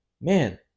Man